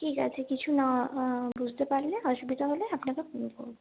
ঠিক আছে কিছু না বুঝতে পারলে অসুবিধা হলে আপনাকে ফোন করবো